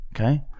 Okay